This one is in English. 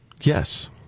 yes